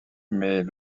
mais